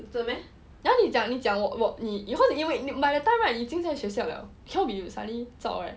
then 你讲你讲我我你因为 by that time right 你已经在学校了 cannot be suddenly zao right